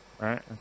Right